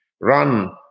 run